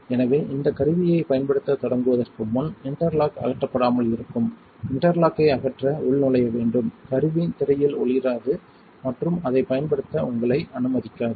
எனவே இந்த கருவியைப் பயன்படுத்தத் தொடங்குவதற்கு முன் இன்டர்லாக் அகற்றப்படாமல் இருக்கும் இன்டர்லாக்கை அகற்ற உள்நுழைய வேண்டும் கருவி திரையில் ஒளிராது மற்றும் அதைப் பயன்படுத்த உங்களை அனுமதிக்காது